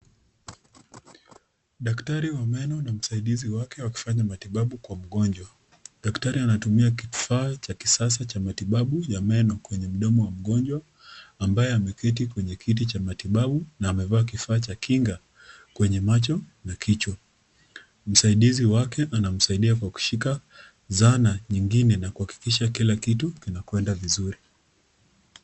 Daktari wa meno na msaidizi wake wakifanya matibabu kwa mgonjwa. Daktari anatumia kifaa cha kisasa cha matibabu ya meno kwenye mdomo wa mgonjwa ,ambaye ameketi kwenye kiti cha matibabu na amevaa kifaa cha kinga, kwenye macho na kichwa .Msaidizi wake anamsaidia kwa kushika zana nyengine na kuhakikisha kila kitu kinakwenda vizuri.